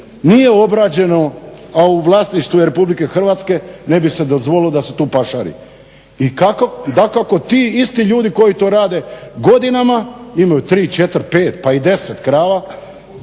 nije obrađeno a u vlasništvu je RH ne bi se dozvolilo da se tu pašari? I dakako ti isti ljudi koji to rade godinama imaju 3, 4, 5 pa i 10 krava